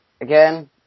again